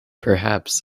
perhaps